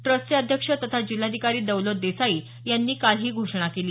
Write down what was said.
ट्रस्टचे अध्यक्ष तथा जिल्हाधिकारी दौलत देसाई यांनी काल ही घोषणा केली